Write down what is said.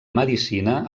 medicina